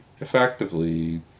Effectively